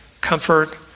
comfort